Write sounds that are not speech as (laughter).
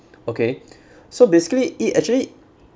okay (breath) so basically it actually